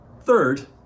Third